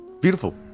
Beautiful